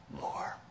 more